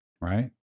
right